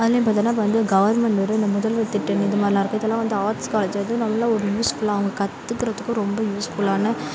அதிலியும் பார்த்தோன்னா இப்போ வந்து கவர்மெண்ட்டோட இந்த முதல்வர் திட்டம் இது மாதிரிலாம் இருக்குது இதெல்லாம் வந்து ஆர்ட்ஸ் காலேஜ்ஜில் அதுவும் நல்ல ஒரு யூஸ்ஃபுல்லாக அவங்க கற்றுக்குறதுக்கும் ரொம்ப யூஸ்ஃபுல்லான